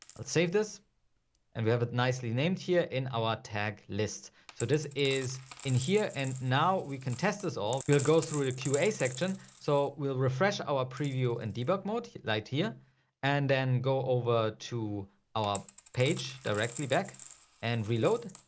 let's save this and we have a nicely named here in our tag list. so this is in here and now we can test this off. we'll go through the qa section. so we'll refresh our preview and debug mode right here and then go over to our page directly back and reload.